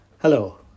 Hello